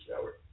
shower